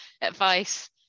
advice